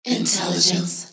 Intelligence